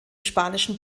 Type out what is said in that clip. spanischen